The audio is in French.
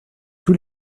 tous